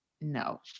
no